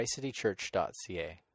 ChristCityChurch.ca